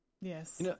Yes